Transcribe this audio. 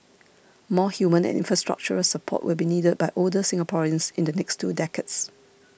more human and infrastructural support will be needed by older Singaporeans in the next two decades